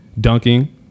dunking